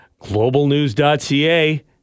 globalnews.ca